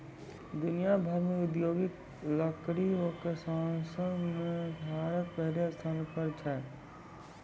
दुनिया भर मॅ औद्योगिक लकड़ी कॅ संसाधन मॅ भारत पहलो स्थान पर छै